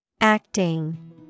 Acting